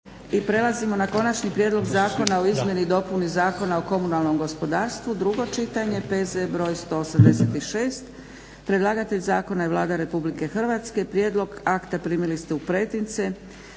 I prelazimo na –- Konačni prijedlog Zakona o izmjeni i dopunama Zakona o komunalnom gospodarstvu, drugo čitanje, P.Z. br. 186 Predlagatelj zakona je Vlada Republike Hrvatske, prijedlog akta primili ste u pretince.